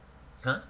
!huh!